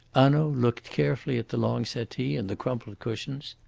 hanaud looked carefully at the long settee and the crumpled cushions,